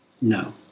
No